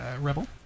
Rebel